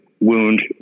wound